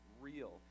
real